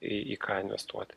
į į ką investuoti